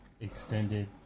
Extended